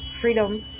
freedom